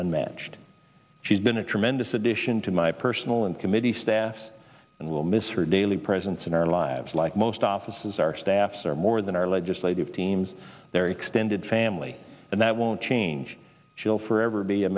unmatched she's been a tremendous addition to my personal and committee staff and will miss her daily presence in our lives like most offices our staffs are more than our legislative teams their extended family and that won't change she'll forever be a